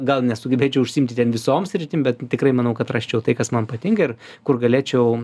gal nesugebėčiau užsiimti ten visom sritim bet tikrai manau kad rasčiau tai kas man patinka ir kur galėčiau